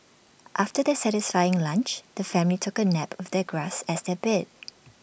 after their satisfying lunch the family took A nap with the grass as their bed